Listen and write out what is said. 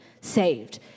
saved